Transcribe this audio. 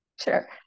Sure